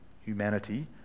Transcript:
humanity